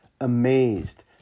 amazed